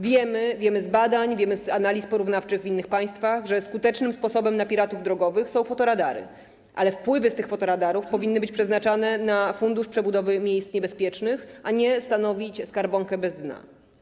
Wiemy - wiemy z badań, wiemy z analiz porównawczych w innych państwach - że skutecznym sposobem na piratów drogowych są fotoradary, ale wpływy z tych fotoradarów powinny być przeznaczane na fundusz przebudowy miejsc niebezpiecznych, a nie stanowić skarbonkę bez dna.